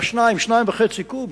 ל-2 2.5 קוב,